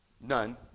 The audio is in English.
None